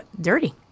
dirty